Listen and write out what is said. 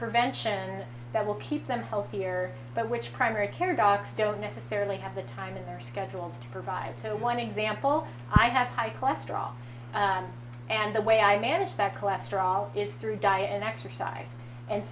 prevention that will keep them healthier but which primary care docs don't necessarily have the time in their schedules to provide so one example i have high cholesterol and the way i manage that cholesterol is through diet and exercise and